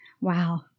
Wow